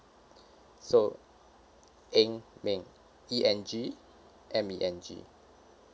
so eng meng E N G M E N G